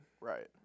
right